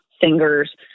singers